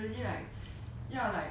ya like